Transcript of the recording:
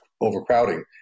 overcrowding